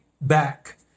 back